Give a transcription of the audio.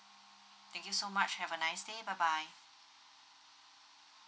thank you so much have a nice day bye bye